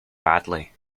badly